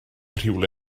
rhywle